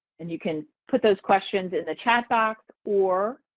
and you can put those questions in the chat box or